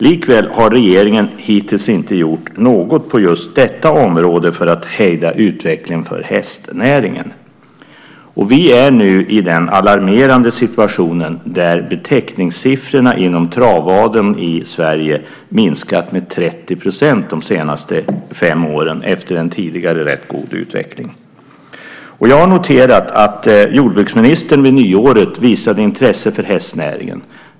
Likväl har regeringen hittills inte gjort något på just detta område för att hejda utvecklingen för hästnäringen. Vi är nu i den alarmerande situationen att betäckningssiffrorna inom travaveln i Sverige har minskat med 30 % de senaste fem åren efter en tidigare rätt god utveckling. Jag noterade att jordbruksministern vid nyåret visade intresse för hästnäringen.